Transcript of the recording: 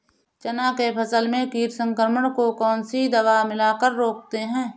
चना के फसल में कीट संक्रमण को कौन सी दवा मिला कर रोकते हैं?